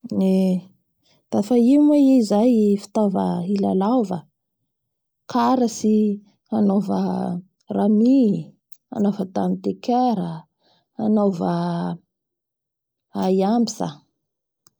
Eeee dafa i moa i zay fitaova hilalaova karatsy hanaova rami, anaoava dame de cœur anaova aiamsa